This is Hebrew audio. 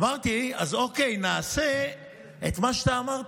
אמרתי: אוקיי, נעשה את מה שאתה אמרת,